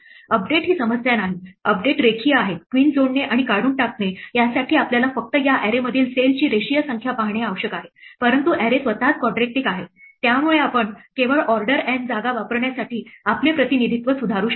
update ही समस्या नाही अपडेट रेखीय आहेत क्वीन जोडणे आणि काढून टाकणे यासाठी आपल्याला फक्त या array मधील सेलची रेषीय संख्या पाहणे आवश्यक आहे परंतु array स्वतःच quadratic आहे त्यामुळे आपण केवळ ऑर्डर N जागा वापरण्यासाठी आपले प्रतिनिधित्व सुधारू शकतो